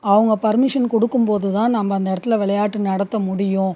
அவங்க பர்மிஷன் கொடுக்கும் போது தான் நம்ம அந்த இடத்துல விளையாட்டு நடத்த முடியும்